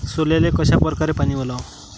सोल्याले कशा परकारे पानी वलाव?